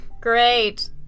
Great